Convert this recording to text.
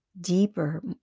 deeper